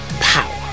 power